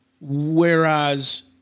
Whereas